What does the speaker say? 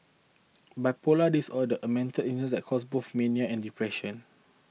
bipolar disorder a mental illness that cause both mania and depression